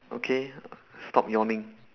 okay stop yawning